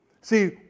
See